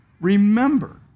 Remember